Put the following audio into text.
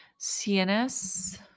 CNS